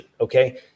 Okay